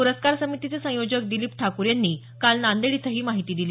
पुरस्कार समितीचे संयोजक दिलीप ठाकूर यांनी काल नांदेड इथं ही माहिती दिली